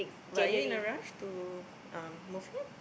but are you in a rush to um move here